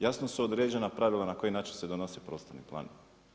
Jasno su određena pravila na koji način se donose prostorni planovi.